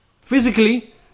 Physically